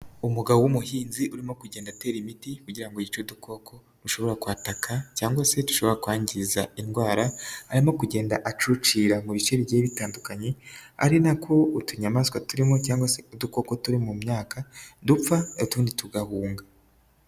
Umugabo w'umuhinzi urimo kugenda atera imiti kugira ngo yice udukoko dushobora kwataka cyangwa se dushobora kwangiza indwara arimo kugenda acucira mu bice bigiye bitandukanye ari nako utunyamanswa turimo cyangwa se udukoko turi mu myaka dupfa, utundi tugahunga.